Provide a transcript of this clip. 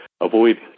avoid